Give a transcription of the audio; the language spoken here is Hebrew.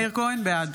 (קוראת בשם חבר הכנסת) מאיר כהן, בעד